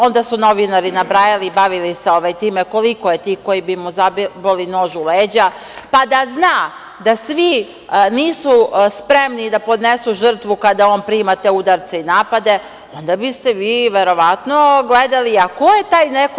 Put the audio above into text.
Onda su novinari nabrajali, bavili ste time koliko je tih koji bi mu zaboli nož u leđa, pa da zna da svi nisu spremni da podnesu žrtvu kada on prima te udarce i napade, onda biste vi verovatno gledali a ko je taj neko.